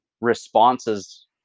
responses